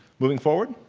moving forward,